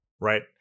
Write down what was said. Right